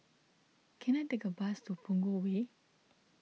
can I take a bus to Punggol Way